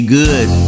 good